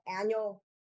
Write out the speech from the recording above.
annual